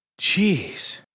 Jeez